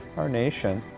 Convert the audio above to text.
our nation.